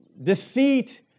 deceit